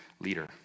leader